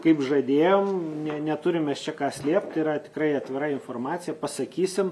kaip žadėjom ne ne neturim mes čia ką slėpt yra tikrai atvira informacija pasakysim